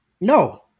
No